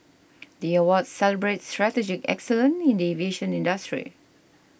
the awards celebrate strategic excellence in the aviation industry